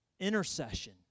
Intercession